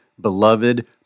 beloved